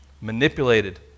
Manipulated